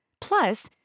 Plus